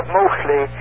mostly